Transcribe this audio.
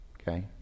okay